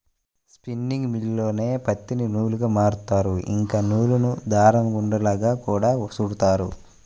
spinning మిల్లుల్లోనే పత్తిని నూలుగా మారుత్తారు, ఇంకా నూలును దారం ఉండలుగా గూడా చుడతారు